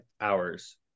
hours